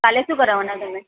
કાલે શું કરાવવાના તમે